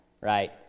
right